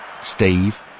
Steve